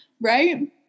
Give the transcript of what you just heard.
right